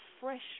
fresh